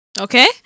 Okay